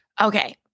Okay